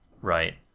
Right